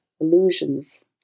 illusions